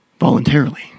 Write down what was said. voluntarily